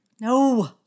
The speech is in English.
No